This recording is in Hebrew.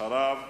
אחריו,